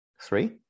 Three